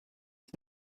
ces